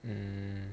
mm